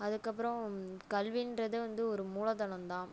அதுக்கப்புறம் கல்வின்றதே வந்து ஒரு மூலதனந்தான்